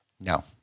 No